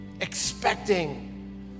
expecting